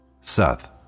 Seth